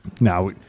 Now